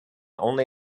only